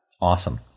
Awesome